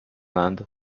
inde